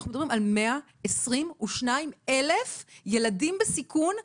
אנחנו מדברים על 122,000 ילדים בסיכון מ-2017.